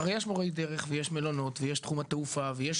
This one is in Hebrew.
הרי יש מורי דרך ויש מלונאות ויש תחום התעופה ויש